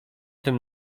tym